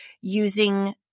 using